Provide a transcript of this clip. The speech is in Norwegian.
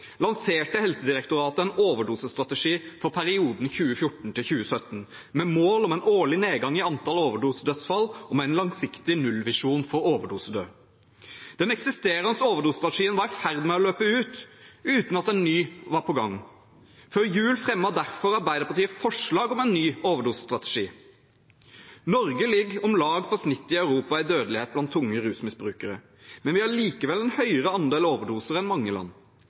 lanserte Helsedirektoratet en overdosestrategi for perioden 2014–2017 med mål om en årlig nedgang i antall overdosedødsfall og med en langsiktig nullvisjon for overdosedød. Den eksisterende overdosestrategien var i ferd med å løpe ut uten at en ny var på gang. Før jul fremmet derfor Arbeiderpartiet forslag om en ny overdosestrategi. Norge ligger om lag på snittet i Europa i dødelighet blant unge rusmisbrukere, men vi har likevel en høyere andel overdoser enn mange land.